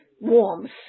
warmth